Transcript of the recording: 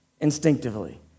instinctively